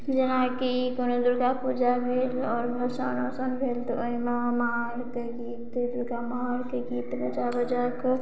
जेनाकि कोनो दुर्गा पूजा भेल आओर भसान उसान भेल तऽ ओहिमे महरके गीत दुर्गा माहरके गीत गजा बजा कऽ